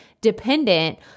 dependent